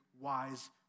wise